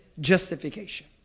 justification